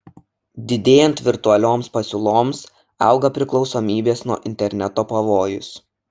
didėjant virtualioms pasiūloms auga priklausomybės nuo interneto pavojus